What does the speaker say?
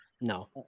No